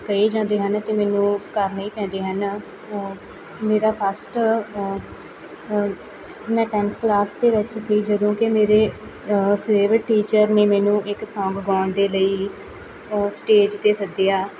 ਕਹੇ ਜਾਂਦੇ ਹਨ ਅਤੇ ਮੈਨੂੰ ਕਰਨੇ ਹੀ ਪੈਂਦੇ ਹਨ ਮੇਰਾ ਫਸਟ ਮੈਂ ਟੈਂਨਥ ਕਲਾਸ ਦੇ ਵਿੱਚ ਸੀ ਜਦੋਂ ਕਿ ਮੇਰੇ ਫੇਵਰੇਟ ਟੀਚਰ ਨੇ ਮੈਨੂੰ ਇੱਕ ਸੌਂਗ ਗਾਉਣ ਦੇ ਲਈ ਸਟੇਜ 'ਤੇ ਸੱਦਿਆ